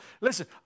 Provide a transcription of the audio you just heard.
Listen